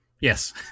Yes